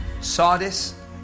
Sardis